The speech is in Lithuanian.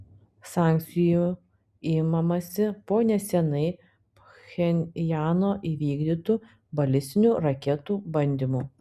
sankcijų imamasi po neseniai pchenjano įvykdytų balistinių raketų bandymų